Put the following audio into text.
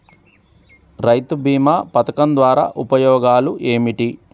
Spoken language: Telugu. రైతు బీమా పథకం ద్వారా ఉపయోగాలు ఏమిటి?